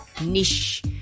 niche